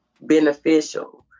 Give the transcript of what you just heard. beneficial